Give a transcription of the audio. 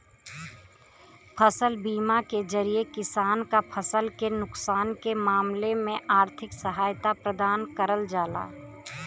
फसल बीमा के जरिये किसान क फसल के नुकसान के मामले में आर्थिक सहायता प्रदान करल जाला